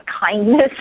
kindness